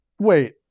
Wait